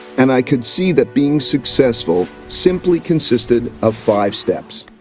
and i could see that being successful simply consisted of five steps.